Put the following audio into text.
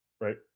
right